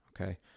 Okay